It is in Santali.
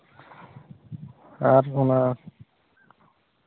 ᱟᱨ ᱚᱱᱟ